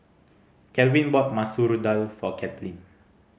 Calvin bought Masoor Dal for Kathlene